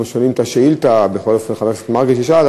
שואבים את השאילתה שחבר הכנסת מרגי שאל.